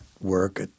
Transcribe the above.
work